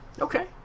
Okay